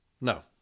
No